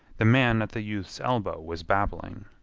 the man at the youth's elbow was babbling.